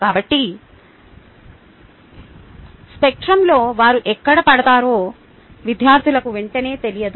కాబట్టి స్పెక్ట్రంలో వారు ఎక్కడ పడతారో విద్యార్థులకు వెంటనే తెలియదు